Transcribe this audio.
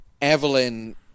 Evelyn